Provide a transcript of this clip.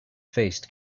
faced